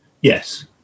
Yes